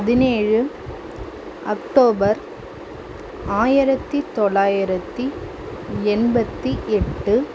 பதினேழு அக்டோபர் ஆயிரத்து தொள்ளாயிரத்து எண்பத்து எட்டு